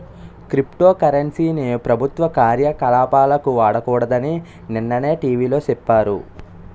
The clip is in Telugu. క్రిప్టో కరెన్సీ ని ప్రభుత్వ కార్యకలాపాలకు వాడకూడదని నిన్ననే టీ.వి లో సెప్పారు